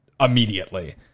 immediately